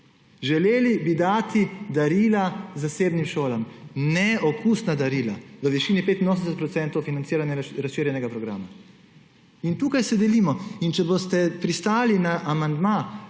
Želeli bi dati darila zasebnim šolam. Neokusna darila v višini 85 % financiranja razširjenega programa. In tukaj se delimo. Če boste pristali na amandma